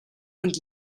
und